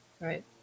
Right